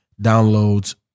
downloads